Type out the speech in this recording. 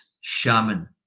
shaman